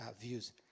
views